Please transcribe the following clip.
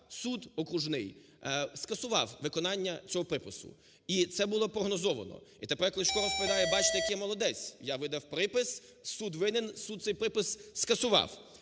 суд окружний скасував виконання цього припису. І це було прогнозовано. І тепер Кличко розповідає, бачите, який я молодець, я видав припис, суд винен, суд цей припис скасував.